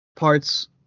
parts